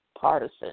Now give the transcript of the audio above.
partisan